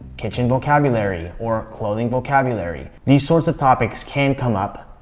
kitchen vocabulary, or clothing vocabulary. these sorts of topics can come up,